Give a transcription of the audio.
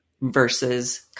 versus